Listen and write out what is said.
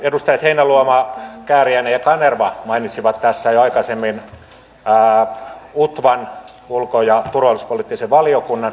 edustajat heinäluoma kääriäinen ja kanerva mainitsivat tässä jo aikaisemmin utvan ulko ja turvallisuuspoliittisen valiokunnan